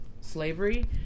slavery